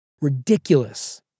ridiculous